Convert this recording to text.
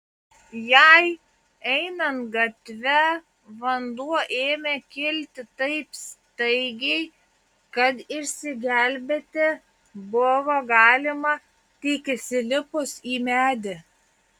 jai einant gatve vanduo ėmė kilti taip staigiai kad išsigelbėti buvo galima tik įsilipus į medį